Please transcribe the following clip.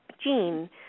gene